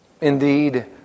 indeed